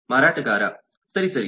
ಮಾರಾಟಗಾರ ಸರಿ ಸರಿ